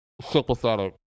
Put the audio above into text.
Sympathetic